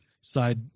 side